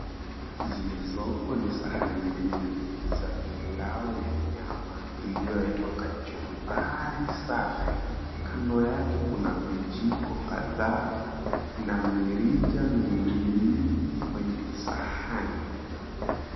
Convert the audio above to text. Zilizoko ni sahani sahani mbili za pilau ya nyama iliyowekwa kachumbari safi. Kando yake kuna vijiko kadhaa na mirija miwili kwenye kisahani.